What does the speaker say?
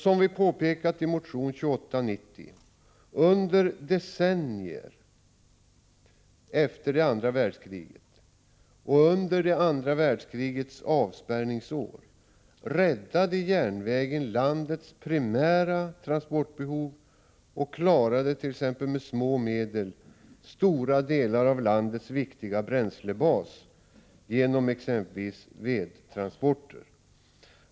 Som vi påpekat i motion 2890 räddade järnvägen under det andra världskrigets avspärrningsår landets primära transportbehov och klarade t.ex. med små medel stora delar av landets viktiga bränslebas genom vedtransporter.